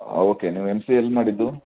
okay ನೀವು M C A ಎಲ್ಲಿ ಮಾಡಿದ್ದು